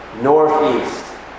northeast